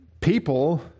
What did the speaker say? people